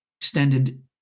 extended